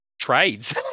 trades